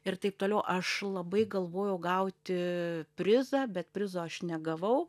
ir taip toliau aš labai galvojau gauti prizą bet prizo aš negavau